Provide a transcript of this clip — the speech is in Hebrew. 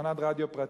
תחנת רדיו פרטית.